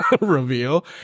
reveal